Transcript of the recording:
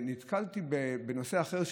כשהייתי צעיר ונתקלתי בנושא אחר,